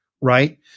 Right